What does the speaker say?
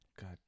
God